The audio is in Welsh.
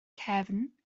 cefn